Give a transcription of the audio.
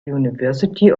university